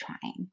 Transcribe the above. trying